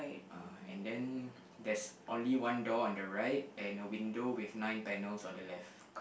uh and then there's only one door on the right and a window with nine panels on the left